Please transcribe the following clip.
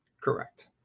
Correct